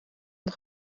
een